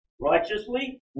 Righteously